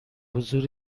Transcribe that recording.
حضور